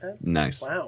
Nice